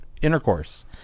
intercourse